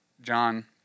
John